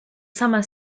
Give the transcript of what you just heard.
summer